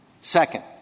Second